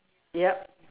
yup